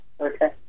Okay